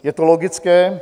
Je to logické.